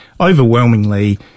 Overwhelmingly